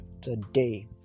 today